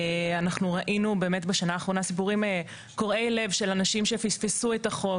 אנחנו ראינו בשנה האחרונה סיפורים קורעי לב של אנשים שפספסו את החוק